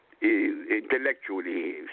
intellectually